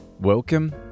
Welcome